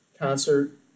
concert